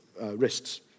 wrists